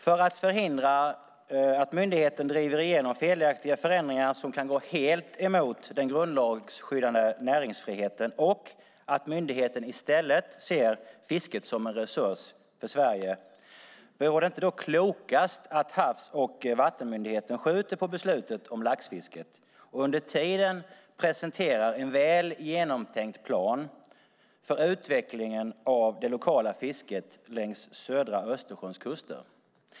För att förhindra att myndigheten driver igenom felaktiga förändringar som kan gå helt emot den grundlagsskyddade näringsfriheten och att myndigheten i stället ser fisket som en resurs för Sverige, vore det inte då klokast att Havs och vattenmyndigheten skjuter på beslutet om laxfisket och under tiden presenterar en väl genomtänkt plan för utvecklingen av det lokala fisket längs södra Östersjöns kuster?